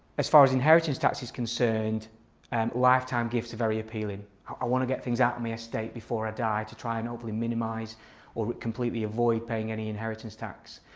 as far as inheritance tax is concerned and lifetime gifts are very appealing i want to get things out of my estate before i die to try and hopefully minimise or completely avoid paying any inheritance tax.